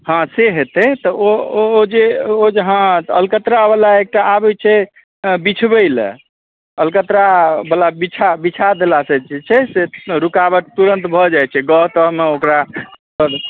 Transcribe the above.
हँ से हेतै तऽ ओ जे ओ जे हँ अलकतरावला एकटा आबै छै बिछबै लए अलकतरावला बिछा देलासँ जे छै से रुकावट तुरन्त भऽ जाइ छै गाम ताममे ओकरा सब